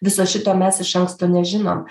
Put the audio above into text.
viso šito mes iš anksto nežinom